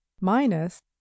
minus